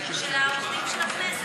העובדים של הכנסת.